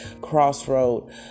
Crossroad